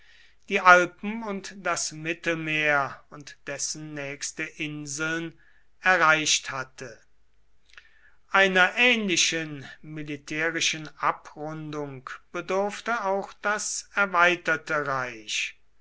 die alpen und das mittelmeer und dessen nächste inseln erreicht hatte einer ähnlichen militärischen abrundung bedurfte auch das erweiterte reich